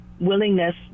willingness